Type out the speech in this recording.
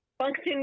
Function